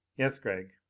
yes, gregg.